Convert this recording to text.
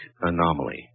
anomaly